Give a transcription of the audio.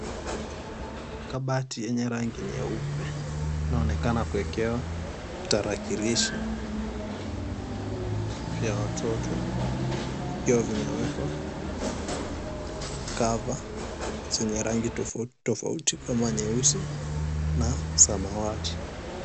Kabati yenye rangi nyeupe inaonekana kuwekewa tarakilishi vya watoto vikiwa vimewekwa cover zenye rangi tofauti tofauti kama nyeusi na samawati.